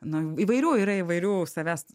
na įvairių yra įvairių savęs